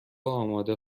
آماده